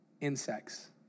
insects